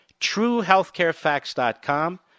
TrueHealthCareFacts.com